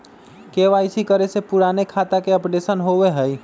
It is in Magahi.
के.वाई.सी करें से पुराने खाता के अपडेशन होवेई?